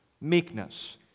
meekness